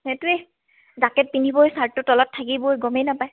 সেইটোৱেই জাকেট পিন্ধিবই চাৰ্টটো তলত থাকিবই গমেই নাপায়